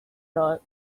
thought